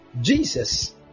Jesus